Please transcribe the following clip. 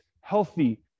healthy